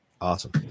Awesome